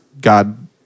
God